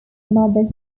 mother